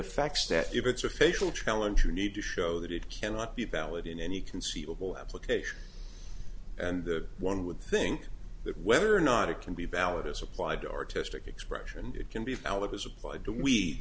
affects that if it's a facial challenge you need to show that it cannot be valid in any conceivable application and one would think that whether or not it can be valid is applied to artistic expression and it can be foul it was applied to we